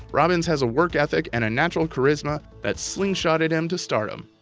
robbins has a work ethic and a natural charisma that's slingshotted him to stardom.